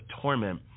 torment